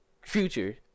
future